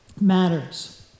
matters